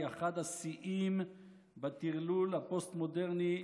היא אחד השיאים בטרלול הפוסט-מודרני,